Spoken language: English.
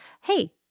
hey